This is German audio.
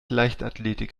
leichtathletik